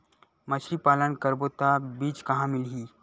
मछरी पालन करबो त बीज कहां मिलही?